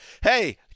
Hey